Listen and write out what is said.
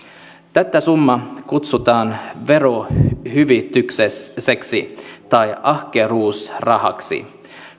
tätä summaa kutsutaan verohyvitykseksi tai ahkeruusrahaksi